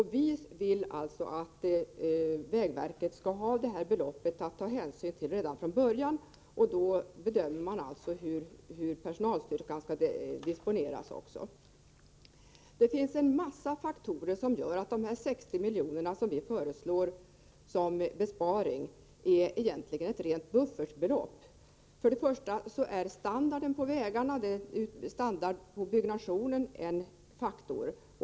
Vi vill alltså att vägverket skall få räkna med hela beloppet redan från början. Då kan man också bedöma hur personalstyrkan skall disponeras. Det finns flera faktorer som gör att de 60 milj.kr. som vi föreslår som besparing egentligen kan ses som ett buffertbelopp. Vägstandarden är en faktor.